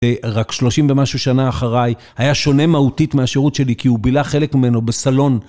רק שלושים ומשהו שנה אחריי, היה שונה מהותית מהשירות שלי כי הוא בילה חלק ממנו בסלון.